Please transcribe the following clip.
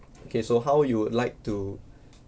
okay so how you would like to